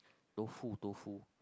tofu tofu